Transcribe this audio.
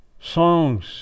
songs